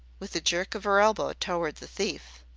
with a jerk of her elbow toward the thief.